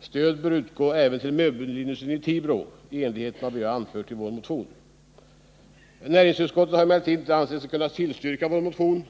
stöd utgå även till möbelindustrin i Tibro i enlighet med vad vi anfört i motionen. Näringsutskottet har emellertid inte ansett sig kunna tillstyrka vår motion.